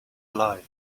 alive